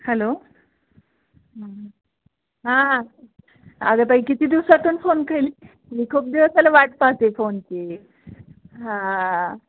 hello हां अगं ताई किती दिवसातून फोन केली मी खूप दिवस झाले वाट पाहते फोनची हां